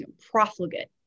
profligate